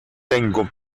tengo